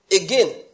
again